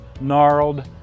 gnarled